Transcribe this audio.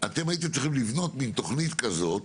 אתם הייתם צריכים לבנות מן תוכנית כזאת,